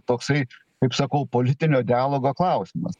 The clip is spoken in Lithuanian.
toksai kaip sakau politinio dialogo klausimas